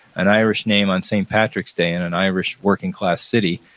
an irish name on st. patrick's day in an irish working-class city,